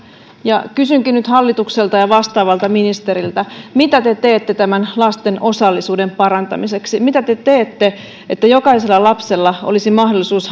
kysynkin nyt hallitukselta ja vastaavalta ministeriltä mitä te teette tämän lasten osallisuuden parantamiseksi mitä te teette että jokaisella lapsella olisi mahdollisuus